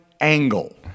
angle